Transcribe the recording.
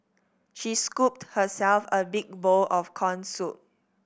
she scooped herself a big bowl of corn soup